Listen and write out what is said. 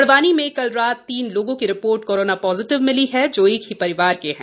बड़वानी में कल रात तीन लोगों की रिपोर्ट कोरोना पॉजिटिव मिली है जो एक ही परिवार के हैं